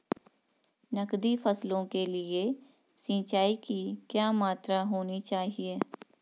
नकदी फसलों के लिए सिंचाई की क्या मात्रा होनी चाहिए?